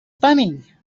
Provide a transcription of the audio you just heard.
funny